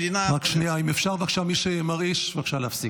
אם אפשר, בבקשה, מי שמרעיש, בבקשה להפסיק.